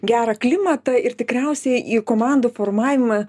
gerą klimatą ir tikriausiai į komandų formavimą